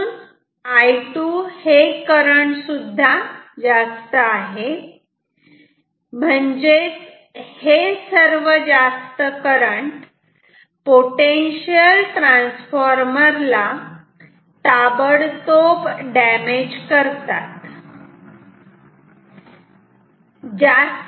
आणि म्हणून I2 हे करंट सुद्धा जास्त आहे म्हणजेच हे सर्व जास्त करंट पोटेन्शियल ट्रांसफार्मर ला ताबडतोब डॅमेज करतात